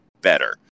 better